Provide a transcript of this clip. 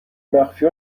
مخفی